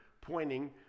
pointing